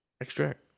Extract